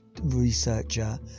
researcher